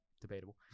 debatable